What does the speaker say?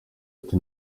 ati